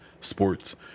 sports